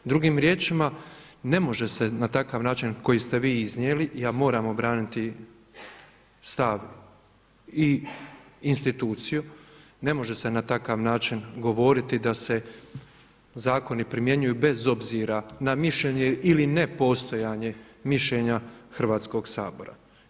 Drugim riječima ne može se na takav način koji ste vi iznijeli, ja moram obraniti stav i instituciju ne može se na takav način govoriti da se zakoni primjenjuju bez obzira na mišljenje ili nepostojanje mišljenja Hrvatskog sabora.